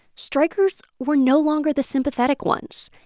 strikers were no longer the sympathetic ones.